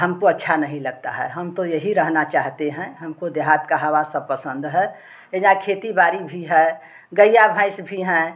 हमको अच्छा नहीं लगता है हम तो यही रहना चाहते हैं हमको देहात का हवा सब पसंद है ए जा खेती बारी भी है गइया भैंस भी हैं